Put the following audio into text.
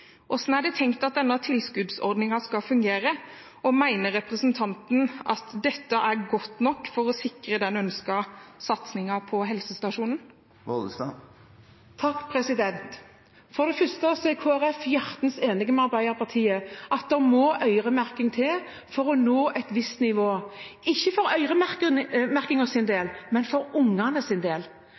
Hvordan har en tenkt at denne tilskuddsordningen skal fungere, og mener representanten at dette er godt nok for å sikre den ønskede satsingen på helsestasjonen? For det første er Kristelig Folkeparti hjertens enig med Arbeiderpartiet i at det må øremerking til for å nå et visst nivå, ikke for øremerkingens del, men for ungenes del, for de får ikke sin rettmessige del